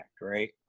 right